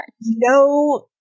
No